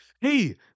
hey